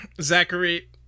Zachary